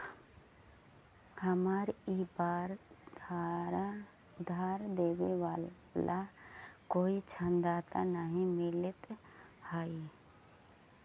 हमारा ई बार उधार देवे ला कोई ऋणदाता नहीं मिलित हाई